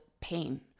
pain